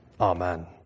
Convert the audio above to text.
Amen